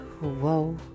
whoa